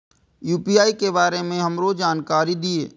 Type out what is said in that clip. UPI के बारे में हमरो जानकारी दीय?